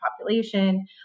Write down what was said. population